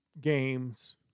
games